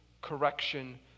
correction